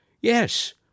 Yes